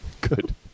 Good